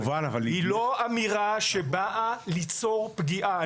היא לא אמירה שבאה ליצור פגיעה.